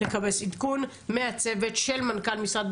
לקבל עדכון מהצוות של מנכ"ל המשרד,